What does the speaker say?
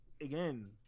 again